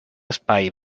espai